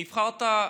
נבחרת,